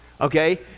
okay